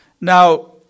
Now